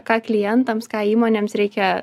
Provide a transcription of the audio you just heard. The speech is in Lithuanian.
ką klientams ką įmonėms reikia